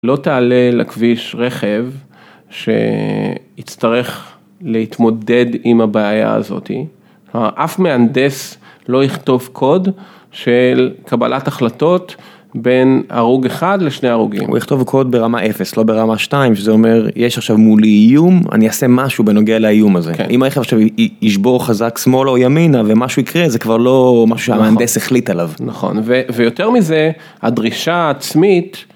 לא תעלה לכביש רכב שיצטרך להתמודד עם הבעיה הזאתי. כלומר, אף מהנדס לא יכתוב קוד של קבלת החלטות בין הרוג אחד לשני הרוגים. הוא יכתוב קוד ברמה אפס, לא ברמה שתיים שזה אומר יש עכשיו מולי איום אני אעשה משהו בנוגע לאיום הזה. אם הרכב עכשיו ישבור חזק שמאל או ימינה ומשהו יקרה זה כבר לא משהו שהמהנדס החליט עליו. נכון ויותר מזה הדרישה העצמית.